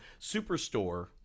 Superstore